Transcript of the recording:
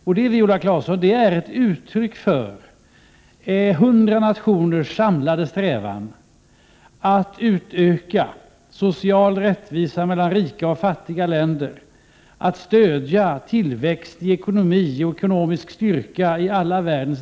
Det är, Viola Claesson, ett uttryck för 100 nationers gemensamma strävan att utöka den sociala rättvisan mellan rika och fattiga länder, att stödja tillväxten i ekonomin och att bidra till ekonomisk styrka i alla delar av världen.